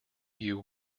you